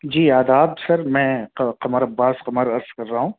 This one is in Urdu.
جی آداب سر میں قمر عباس قمر عرض کر رہا ہوں